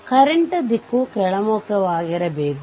18b ನಲ್ಲಿ RThevenin ಸಮನಾಗಿರಬೇಕು